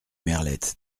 merlette